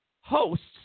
hosts